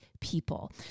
people